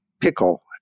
pickle